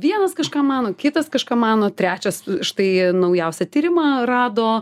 vienas kažką mano kitas kažką mano trečias štai naujausią tyrimą rado